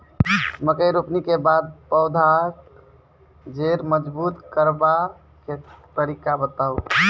मकय रोपनी के बाद पौधाक जैर मजबूत करबा के तरीका बताऊ?